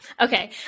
Okay